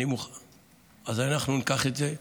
אנחנו ניקח את זה.